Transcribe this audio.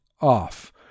off